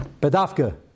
Bedavka